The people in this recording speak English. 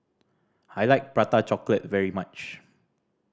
I like Prata Chocolate very much